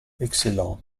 excellent